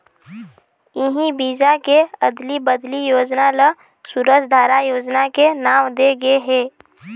इही बीजा के अदली बदली योजना ल सूरजधारा योजना के नांव दे गे हे